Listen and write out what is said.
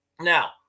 Now